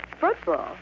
Football